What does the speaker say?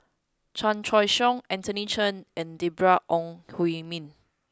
Chan Choy Siong Anthony Chen and Deborah Ong Hui Min